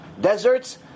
deserts